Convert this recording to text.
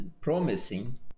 promising